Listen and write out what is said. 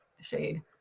Shade